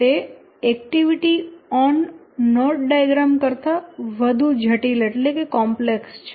તે activity on node diagram કરતા વધુ જટિલ છે